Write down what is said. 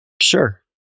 Sure